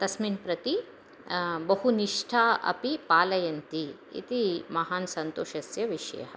तस्मिन् प्रति बहुनिष्ठाम् अपि पालयन्ति इति महान् सन्तोषस्य विषयः